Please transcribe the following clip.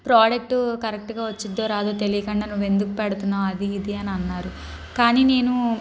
product కరెక్ట్గా వచ్చిద్ధో రాదో తెలియకుండా నువ్వు ఎందుకు పెడుతున్నావు అది ఇది అని అన్నారు కానీ నేను